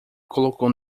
colocou